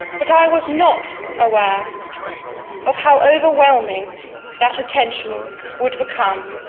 but i was not aware of how overwhelming that attention would become.